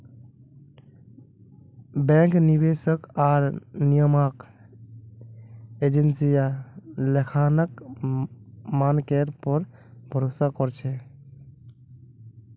bank, निवेशक आर नियामक एजेंसियां लेखांकन मानकेर पर भरोसा कर छेक